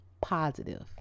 positive